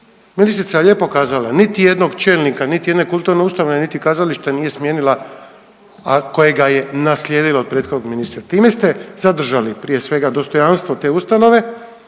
Ministrica je lijepo kazala, niti jednog čelnika niti jedne kulturne ustanove, niti kazalište nije smijenila, a kojega je naslijedila od prethodnog ministra. Time se zadržali prije svega dostojanstvo te ustanove,